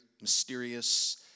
mysterious